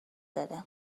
داره